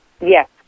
Yes